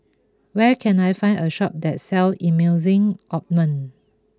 where can I find a shop that sell Emulsying Ointment